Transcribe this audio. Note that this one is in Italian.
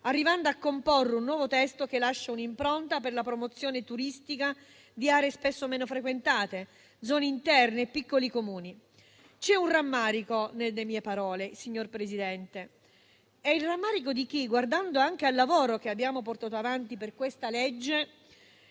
arrivando a comporre un nuovo testo che lascia un'impronta per la promozione turistica di aree spesso meno frequentate, zone interne e piccoli Comuni. C'è un rammarico nelle mie parole, signor Presidente. È il rammarico di chi, guardando anche al lavoro che abbiamo portato avanti per questo